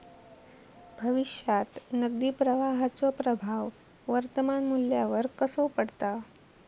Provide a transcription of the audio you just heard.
भविष्यात नगदी प्रवाहाचो प्रभाव वर्तमान मुल्यावर कसो पडता?